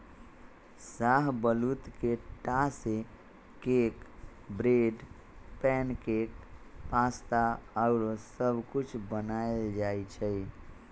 शाहबलूत के टा से cake, bread, pancake, pasta आउरो सब कुछ बनायल जाइ छइ